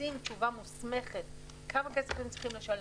המסים תשובה מוסמכת כמה כסף הם צריכים לשלם,